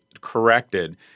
corrected